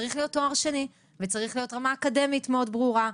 צריך להיות תואר שני וצריכה להיות רמה אקדמית מאוד ברורה,